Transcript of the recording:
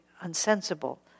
unsensible